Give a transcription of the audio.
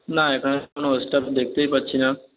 না এখানে কোনো স্টাফ দেখতেই পারছি না